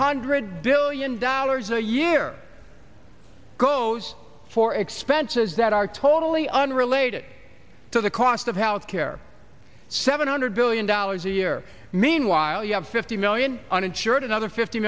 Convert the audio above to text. hundred billion dollars a year goes for expenses that are totally unrelated to the cost of health care seven hundred billion dollars a year meanwhile you have fifty million uninsured another fifty